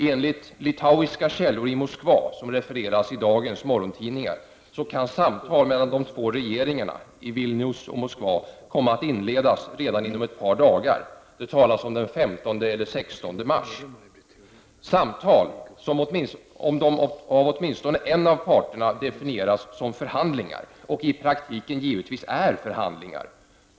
Enligt litauiska källor i Moskva, som refereras i dagens morgontidningar, kan samtal mellan de två regeringarna i Vilnius och Moskva komma att inledas redan inom ett par dagar — det talas om den 15 eller den 16 mars — samtal som av åtminstone en av parterna definieras som förhandlingar och i praktiken givetvis är förhandlingar.